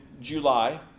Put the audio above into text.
July